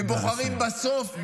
ובוחרים בסוף,